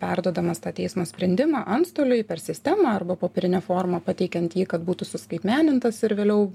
perduodamas tą teismo sprendimą antstoliui per sistemą arba popierine forma pateikiant jį kad būtų suskaitmenintas ir vėliau